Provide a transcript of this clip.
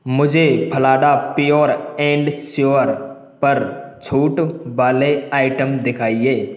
मुझे फलाडा pure and sure पर छूट वाले आइटम दिखाईए